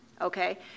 Okay